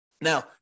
Now